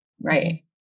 right